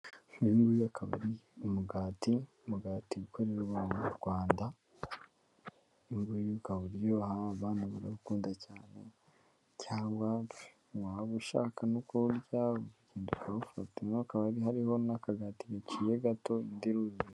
Uyu nguyu akaba ari umugati, umugati ukorerwa mu Rwanda, uyu nguyu ukaba uryoha cyane, abana barawukunda cyane, cyangwa waba ushaka no kuwurya urawufata, hakaba hariho n'akagati gaciye gato, indi iruzuye.